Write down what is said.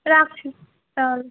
রাখছি তাহলে